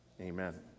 amen